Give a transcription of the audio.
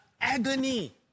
agony